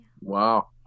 Wow